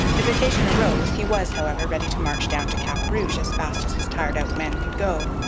if occasion arose, he was, however, ready to march down to cap rouge as fast as his tired-out men could go.